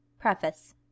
PREFACE